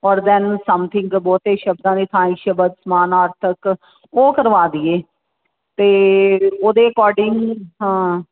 ਔਰ then something ਬਹੁਤੇ ਸ਼ਬਦਾਂ ਦਾ ਥਾਂ ਇੱਕ ਸ਼ਬਦ ਸਮਾਨ ਆਰਥਿਕ ਉਹ ਕਰਵਾ ਦਈਏ ਅਤੇ ਉਹਦੇ ਅਕੋਰਡਿੰਗ ਹਾਂ